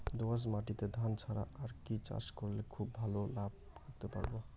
দোয়াস মাটিতে ধান ছাড়া আর কি চাষ করলে খুব ভাল লাভ করতে পারব?